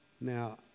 Now